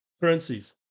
currencies